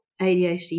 ADHD